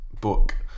book